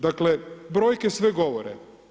Dakle brojke sve govore.